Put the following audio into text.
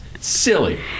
silly